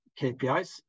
KPIs